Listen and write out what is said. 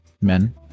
men